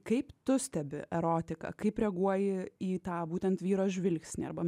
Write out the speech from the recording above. kaip tu stebi erotiką kaip reaguoji į tą būtent vyro žvilgsnį arba